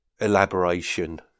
Elaboration